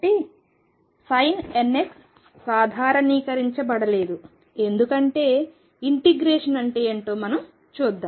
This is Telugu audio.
కాబట్టి sin nxసాధారణీకరించబడలేదు ఎందుకంటే ఇంటిగ్రేషన్ అంటే ఏమిటో చూద్దాం